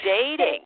dating